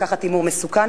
לקחת הימור מסוכן,